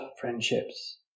Friendships